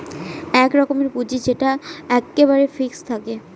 এক রকমের পুঁজি যেটা এক্কেবারে ফিক্সড থাকে